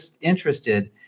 interested